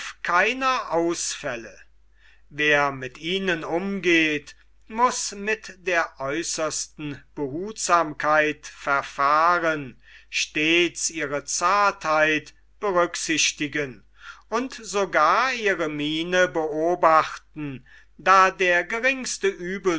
keiner ausfälle wer mit ihnen umgeht muß mit der äußersten behutsamkeit verfahren stets ihre zartheit berücksichtigen und sogar ihre miene beobachten da der geringste